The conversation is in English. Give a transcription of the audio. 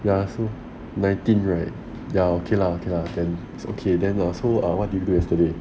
ya so nineteen right ya okay lah then okay then lah so what did you do yesterday